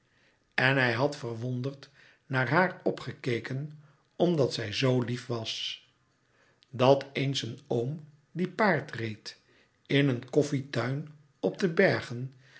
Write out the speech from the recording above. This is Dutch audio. en hij had verwonderd naar haar opgekeken omdat zij zoo lief was dat eens een oom die paard reed in een koffietuin op de bergen